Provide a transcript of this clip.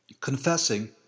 confessing